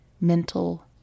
mental